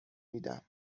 میدم